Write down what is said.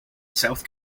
south